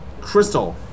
Crystal